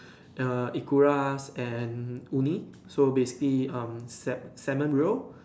err ikura and uni so basically um salmon roe